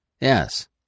Yes